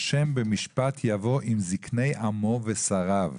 ה' בְּמִשְׁפָּט יָבוֹא עִם זִקְנֵי עַמּוֹ וְשָׂרָיו